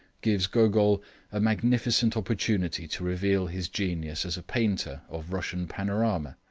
gives gogol a magnificent opportunity to reveal his genius as a painter of russian panorama,